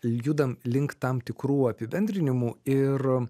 judam link tam tikrų apibendrinimų ir